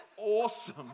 awesome